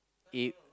if